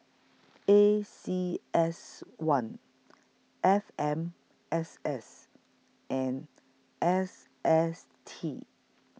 A C S one F M S S and S S T